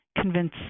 convince